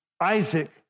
Isaac